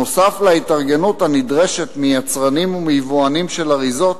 נוסף על ההתארגנות הנדרשת מיצרנים ומיבואנים של אריזות